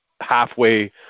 halfway